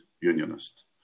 Unionist